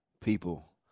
people